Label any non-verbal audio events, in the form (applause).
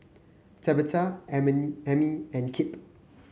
Tabatha (unintelligible) Amie and Kipp